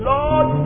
Lord